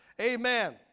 Amen